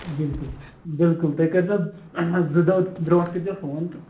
بِلکُل بِلکُل تُہۍ کٔرۍزیو زٕ دۄہ برٛونٛٹھ کٔرۍزیو فون تہٕ